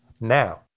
now